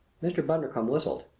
mr. bundercombe whistled.